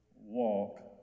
walk